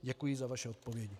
Děkuji za vaše odpovědi.